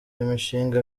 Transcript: imishinga